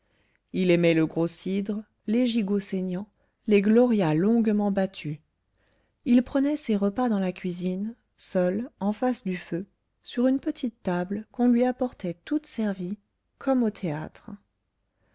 il aimait le gros cidre les gigots saignants les glorias longuement battus il prenait ses repas dans la cuisine seul en face du feu sur une petite table qu'on lui apportait toute servie comme au théâtre